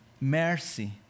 mercy